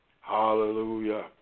Hallelujah